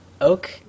Oak